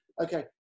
okay